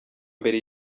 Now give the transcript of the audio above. mbere